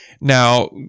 Now